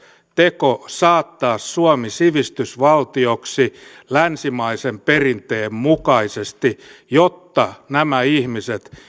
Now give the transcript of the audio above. teko saattaa suomi sivistysvaltioksi länsimaisen perinteen mukaisesti jotta nämä ihmiset